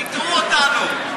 הטעו אותנו.